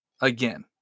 again